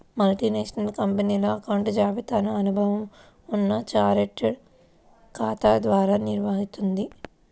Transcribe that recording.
multinational కంపెనీలు అకౌంట్ల జాబితాను అనుభవం ఉన్న చార్టెడ్ ఖాతా ద్వారా నిర్వహిత్తుంది